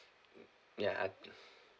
ya I